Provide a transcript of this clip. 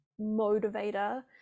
motivator